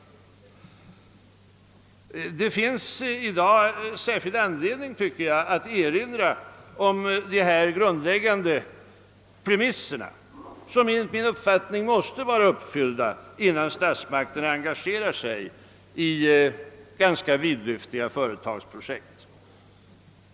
Det finns i dag särskild anledning, tvcker jag, att erinra om dessa grundläggande premisser, som enligt min uppfattning måste vara uppfyllda innan statsmakten engagerar sig i ganska vidlyftiga företagsprojekt.